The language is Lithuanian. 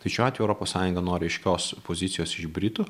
tai šiuo atveju europos sąjunga nori aiškios pozicijos iš britų